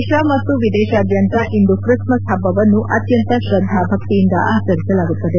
ದೇಶ ಮತ್ತು ವಿದೇಶಾದ್ಯಂತ ಇಂದು ಕ್ರಿಸ್ಮಸ್ ಹಬ್ಬವನ್ನು ಅತ್ಯಂತ ಶ್ರದ್ಧಾ ಭಕ್ತಿಯಿಂದ ಆಚರಿಸಲಾಗುತ್ತದೆ